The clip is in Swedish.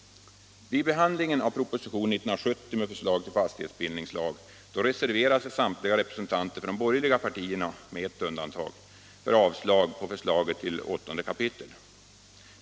Vid behandlingen av propositionen år 1970 med förslaget till fastighetsbildningslagen reserverade sig samtliga representanter för de borgerliga partierna — med ett undantag — för avslag på förslaget till 8 kap.